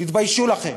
תתביישו לכם.